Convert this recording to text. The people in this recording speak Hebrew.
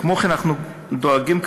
כמו כן, אנחנו דואגים כרגע,